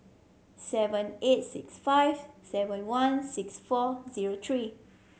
seven eight six five seven one six four zero three